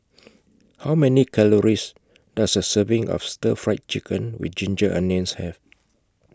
How Many Calories Does A Serving of Stir Fried Chicken with Ginger Onions Have